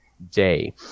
day